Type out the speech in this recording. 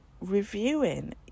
reviewing